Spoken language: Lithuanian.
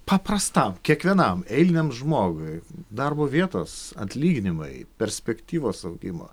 paprastam kiekvienam eiliniam žmogui darbo vietos atlyginimai perspektyvos augimo